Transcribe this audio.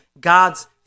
God's